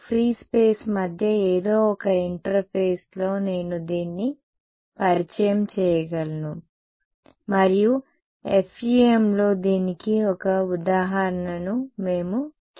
విద్యార్థి మధ్య ఏదో ఒక ఇంటర్ఫేస్లో నేను దీన్ని పరిచయం చేయగలను మరియు FEM లో దీనికి ఒక ఉదాహరణను మేము చూశాము